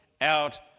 out